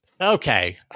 Okay